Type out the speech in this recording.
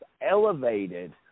elevated